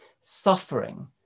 suffering